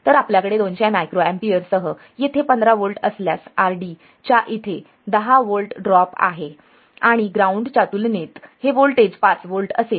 तर आपल्याकडे 200 मायक्रोएमपियर सह येथे 15 व्होल्ट असल्यास RD च्या इथे 10 व्होल्ट ड्रॉप आहे आणि ग्राउंडच्या तुलनेत हे व्होल्टेज 5 व्होल्ट असेल